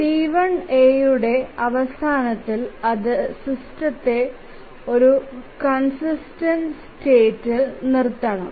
T1a യുടെ അവസാനത്തിൽ അത് സിസ്റ്റത്തെ ഒരു കണ്സിസ്ടെന്റ് സ്റ്റേറ്റ്ഇൽ നിർത്തണം